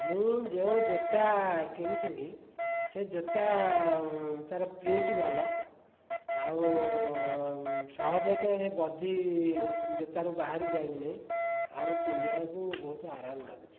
ମୁଁ ଯେଉଁ ଜୋତା କିଣିଥିଲି ସେ ଜୋତା ତାର ପ୍ରିଣ୍ଟ ଭଲ ଆଉ ସହଜକେ ସେ ବଦି ଜୋତାରୁ ବାହାରି ଯାଉନାହିଁ ଆଉ ପିନ୍ଧିବାକୁ ବହୁତ ଆରମ୍ ଲାଗୁଛି